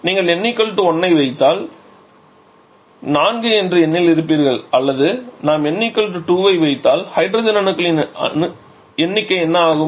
நீங்கள் n 1 ஐ வைத்தால் 4 என்ற எண்ணில் இருப்பீர்கள் அல்லது நாம் n 2 ஐ வைத்தால் ஹைட்ரஜன் அணுக்களின் எண்ணிக்கை என்ன ஆகும்